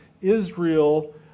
Israel